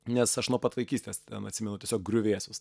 nes aš nuo pat vaikystės atsimenu tiesiog griuvėsius